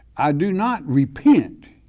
i do not repent,